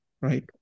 right